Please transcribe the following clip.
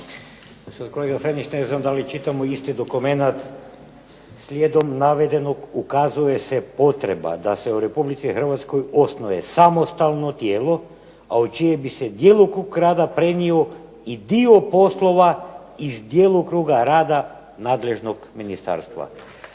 Pa kolega Franić ne znam da li čitamo isti dokument. "Slijedom navedenog ukazuje se potreba da se u Republici Hrvatskoj osnuje samostalno tijelo a u čije bi se djelokrug rada prenijelo i dio poslova iz djelokruga rada nadležnog ministarstva".